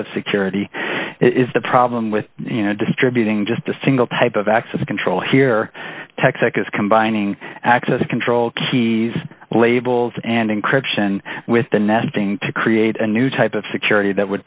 of security is the problem with you know distributing just a single type of access control here texaco's combining access control keys labels and encryption with the nesting to create a new type of security that would